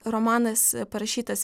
romanas parašytas